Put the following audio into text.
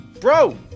Bro